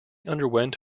underwent